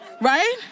right